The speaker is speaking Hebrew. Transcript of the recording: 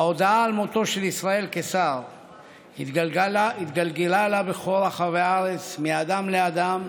ההודעה על מותו של ישראל קיסר התגלגלה לה בכל רחבי הארץ מאדם לאדם,